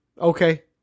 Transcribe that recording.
Okay